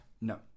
No